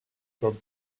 comme